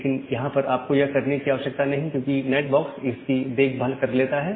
लेकिन यहां पर आपको यह करने की आवश्यकता नहीं क्योंकि नैट बॉक्स इसकी देखभाल कर लेता है